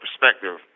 perspective